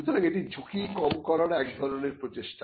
সুতরাং এটি ঝুঁকি কম করার এক ধরনের প্রচেষ্টা